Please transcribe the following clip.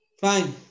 Fine